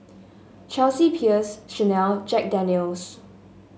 Chelsea Peers Chanel Jack Daniel's